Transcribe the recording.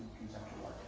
conceptual art.